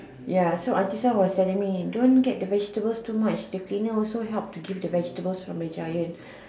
ya auntie suan was telling me don't get the vegetables too much the cleaner also helps to get the vegetables from giant